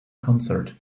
concert